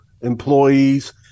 employees